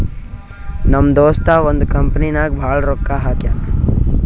ನಮ್ ದೋಸ್ತ ಒಂದ್ ಕಂಪನಿ ನಾಗ್ ಭಾಳ್ ರೊಕ್ಕಾ ಹಾಕ್ಯಾನ್